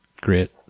grit